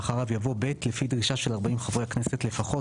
ואחריו יבוא: "(ב) לפי דרישה של ארבעים חברי הכנסת לפחות,